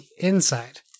inside